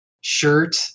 shirt